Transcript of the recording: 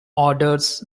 orders